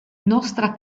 nostra